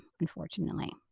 unfortunately